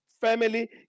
family